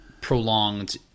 prolonged